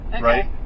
Right